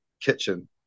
kitchen